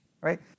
right